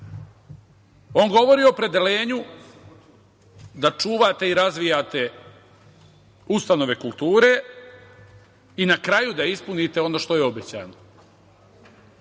govori o opredeljenju da čuvate i razvijate ustanove kulture i na kraju da ispunite ono što je obećano,